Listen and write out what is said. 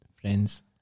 friends